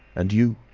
and you.